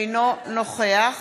אינו נוכח